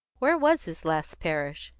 where was his last parish?